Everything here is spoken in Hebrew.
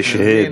יש הד.